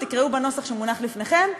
תקראו בנוסח שמונח לפניכם.